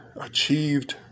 achieved